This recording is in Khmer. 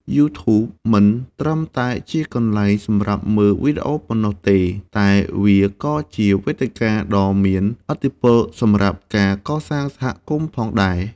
YouTube មិនត្រឹមតែជាកន្លែងសម្រាប់មើលវីដេអូប៉ុណ្ណោះទេ តែវាក៏ជាវេទិកាដ៏មានឥទ្ធិពលសម្រាប់ការ កសាងសហគមន៍ ផងដែរ។